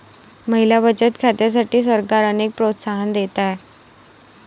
महिला बचत खात्यांसाठी सरकार अनेक प्रोत्साहन देत आहे